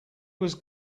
was